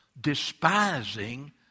despising